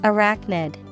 Arachnid